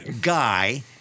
guy